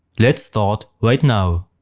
let's start right now.